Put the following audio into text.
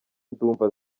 ndumva